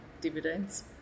dividends